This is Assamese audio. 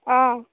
অঁ